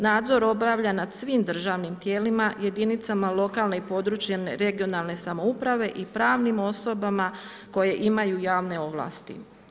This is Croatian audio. Nadzor obavlja nas svim državnim dijelima, jedinicama lokalne i područne (regionalne) samouprave i pravnim osobama koje imaju javne ovlasti.